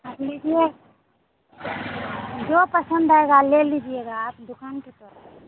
आप लीजिए जो पसंद आएगा ले लीजिएगा आप दुकान के तरफ